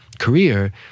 career